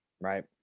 right